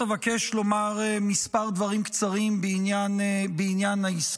אבקש לומר כמה דברים קצרים בעניין העסקה,